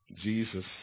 Jesus